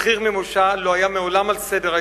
מחיר מימושה לא היה מעולם על סדר-היום.